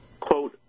quote